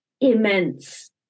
immense